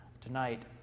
Tonight